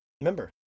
remember